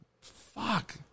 Fuck